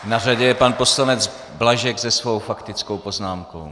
Na řadě je pan poslanec Blažek se svou faktickou poznámkou.